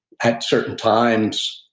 at certain times,